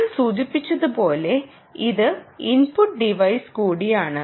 ഞാൻ സൂചിപ്പിച്ചതുപോലെ ഇത് ഇൻപുട്ട് ടിവൈസ് കൂടിയാണ്